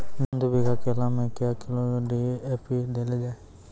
दू बीघा केला मैं क्या किलोग्राम डी.ए.पी देले जाय?